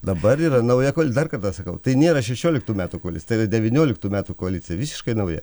dabar yra nauja kol dar kartą sakau tai nėra šešioliktų metų kolic tai yra devynioliktų metų koalicija visiškai nauja